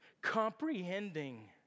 comprehending